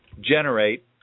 generate